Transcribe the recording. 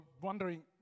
wondering